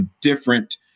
different